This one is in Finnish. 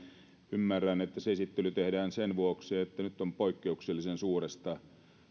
ymmärrän että se esittely tehdään sen vuoksi että nyt on poikkeuksellisen suuresta